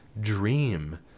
dream